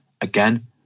again